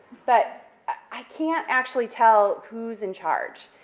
but i can't actually tell who's in charge,